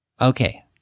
Okay